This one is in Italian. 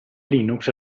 linux